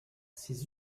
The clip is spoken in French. ses